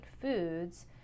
foods